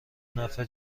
نفع